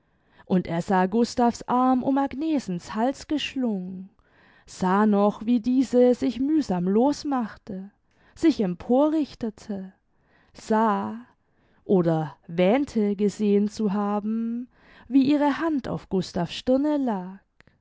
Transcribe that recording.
und er sah gustav's arm um agnesens hals geschlungen sah noch wie diese sich mühsam losmachte sich emporrichtete sah oder wähnte gesehen zu haben wie ihre hand auf gustav's stirne lag